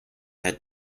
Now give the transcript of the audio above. had